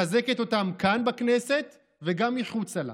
מחזקת אותם כאן, בכנסת, וגם מחוצה לה.